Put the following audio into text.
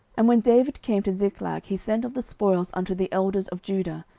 and when david came to ziklag, he sent of the spoil unto the elders of judah,